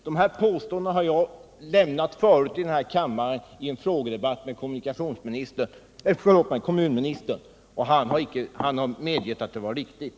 Detta påstående har jag gjort tidigare i denna kammare i en frågedebatt med kommunministern, och han medgav då att det var riktigt.